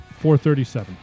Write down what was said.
437